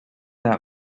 that